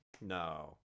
no